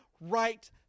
right